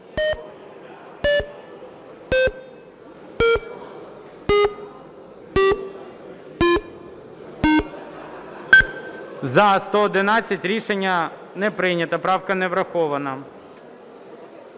За-111 Рішення не прийнято. Правка не врахована.